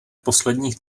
posledních